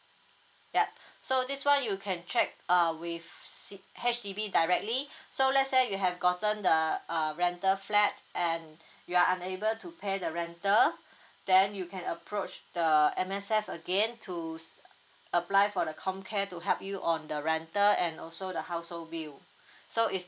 yup so this one you can check uh with C H_D_B directly so let's say you have gotten the uh rental flat and you are unable to pay the rental then you can approach the M_S_F again to apply for the comcare to help you on the rental and also the household bill so is